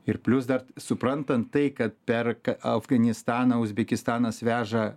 ir plius dar suprantant tai kad per afganistaną uzbekistanas veža